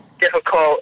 difficult